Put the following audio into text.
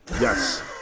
Yes